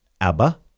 Abba